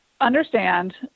understand